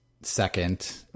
second